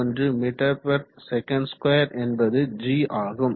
81 ms2 என்பது g ஆகும்